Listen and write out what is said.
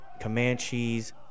Comanches